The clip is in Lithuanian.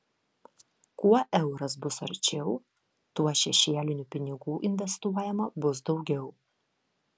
kuo euras bus arčiau tuo šešėlinių pinigų investuojama bus daugiau